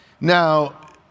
Now